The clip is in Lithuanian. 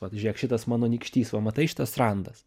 vat žiūrėk šitas mano nykštys va matai šitas randas